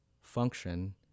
function